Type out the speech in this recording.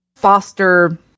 Foster